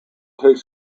takes